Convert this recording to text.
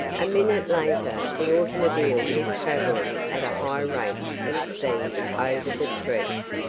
a minute later the automobile was traveling at a high rate of speed over the streets.